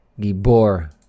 Gibor